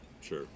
sure